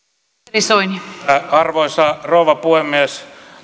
arvoisa rouva puhemies